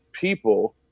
people